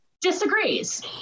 disagrees